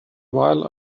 while